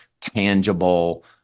tangible